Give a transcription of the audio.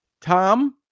Tom